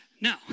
No